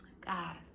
God